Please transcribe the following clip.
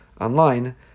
online